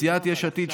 סיעת יש עתיד,